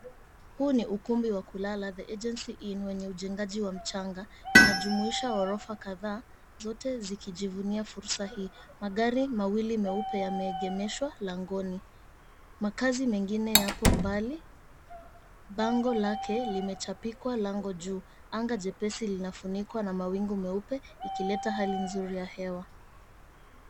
Huu ni ukumbi wa kulala, the urgency inn, wenye ujengaji wa mchanga, inajumuisha ghorofa kadhaa zote zikijivunia fursa hii. Magari mawili meupe yameegemeshwa langoni. Makaazi mengine yako mbali bango lake limechapikwa lango juu, anga jepesi linafunikwa na mawingu meupe ikileta hali nzuri ya hewa.